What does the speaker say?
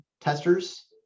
testers